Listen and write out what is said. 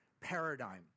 paradigm